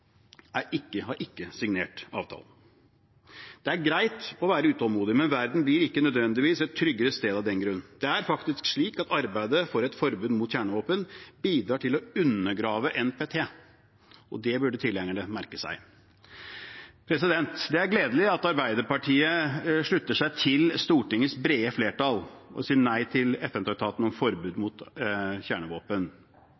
har ikke signert avtalen. Det er greit å være utålmodig, men verden blir ikke nødvendigvis et tryggere sted av den grunn. Det er faktisk slik at arbeidet for et forbud mot kjernevåpen bidrar til å undergrave NPT. Det burde tilhengerne merke seg. Det er gledelig at Arbeiderpartiet slutter seg til Stortingets brede flertall og sier nei til FN-traktaten om forbud